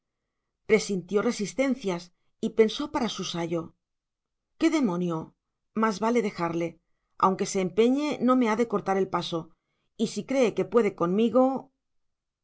presintió resistencias y pensó para su sayo qué demonio más vale dejarle aunque se empeñe no me ha de cortar el paso y si cree que puede conmigo